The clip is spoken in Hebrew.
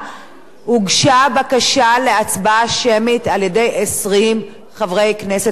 הוגשה בקשה להצבעה שמית על-ידי 20 חברי כנסת מהאופוזיציה.